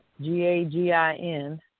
G-A-G-I-N